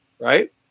right